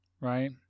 right